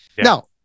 Now